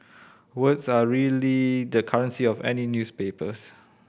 words are really the currency of any newspapers